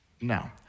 No